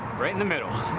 right in the middle.